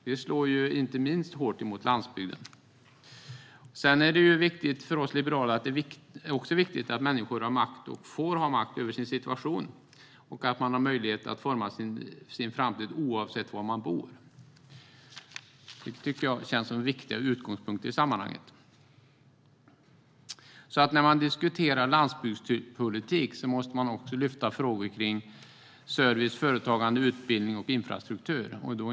Det slår hårt inte minst mot landsbygden. För oss liberaler är det viktigt att människor har makt, och får ha makt, över sin situation och möjligheter att forma sin framtid oavsett var man bor. Jag tycker att det känns som viktiga utgångspunkter i sammanhanget. När man diskuterar landsbygdspolitik måste man också lyfta fram frågor om service, företagande, utbildning och infrastruktur.